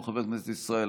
היישובים הערביים,